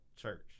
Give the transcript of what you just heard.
church